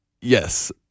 Yes